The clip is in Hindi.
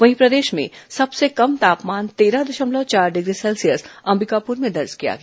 वहीं प्रदेश में सबसे कम तापमान तेरह दशमलव चार डिग्री सेल्सियस अंबिकापुर में दर्ज किया गया